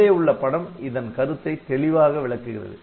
மேலே உள்ள படம் இதன் கருத்தை தெளிவாக விளக்குகிறது